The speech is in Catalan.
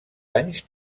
anys